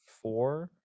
four